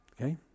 okay